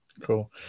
Cool